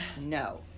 no